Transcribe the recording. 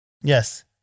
Yes